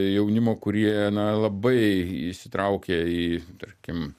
jaunimo kurie na labai įsitraukia į tarkim